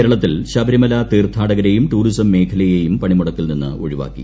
കേരളത്തിൽ ശബരിമല തീർത്ഥാടകരെയും ടൂറിസം മേഖലയെയും പണിമുടക്കിൽ നിന്ന് ഒഴിവാക്കി